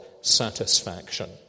satisfaction